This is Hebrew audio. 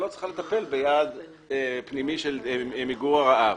לא צריכה לטפל ביעד פנימי של מיגור הרעב,